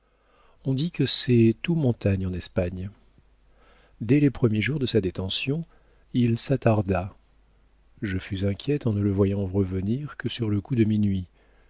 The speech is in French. on dit que c'est tout montagnes en espagne dès les premiers jours de sa détention il s'attarda je fus inquiète en ne le voyant revenir que sur le coup de minuit